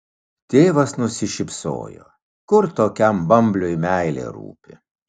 tėvas nusišypsojo kur tokiam bambliui meilė rūpi